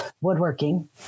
woodworking